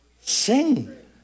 Sing